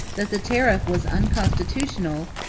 that the tariff was unconstitutional,